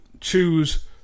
choose